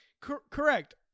correct